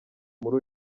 muri